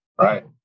right